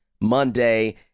Monday